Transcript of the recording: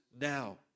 now